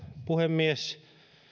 puhemies